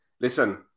listen